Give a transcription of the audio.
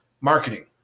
marketing